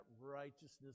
righteousness